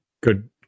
good